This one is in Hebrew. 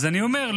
אז אני אומר,